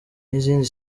n’izindi